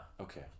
Okay